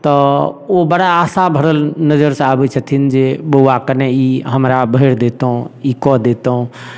तऽ ओ बड़ा आशा भरल नजरसँ आबैत छथिन जे बौआ कनि ई हमरा भरि दितहुँ ई कऽ दितहुँ